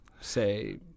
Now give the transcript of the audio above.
say